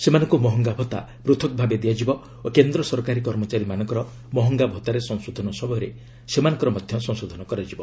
ସେମାନଙ୍କୁ ମହଙ୍ଗା ଭତ୍ତା ପୃଥକ୍ ଭାବେ ଦିଆଯିବ ଓ କେନ୍ଦ୍ର ସରକାରୀ କର୍ମଚାରୀମାନଙ୍କର ମହଙ୍ଗା ଭତ୍ତାରେ ସଂଶୋଧନ ସମୟରେ ସେମାନଙ୍କର ମଧ୍ୟ ସଂଶୋଧନ କରାଯିବ